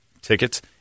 tickets